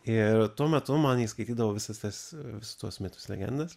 ir tuo metu man ji skaitydavo visas tas tuos mitus legendas